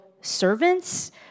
servants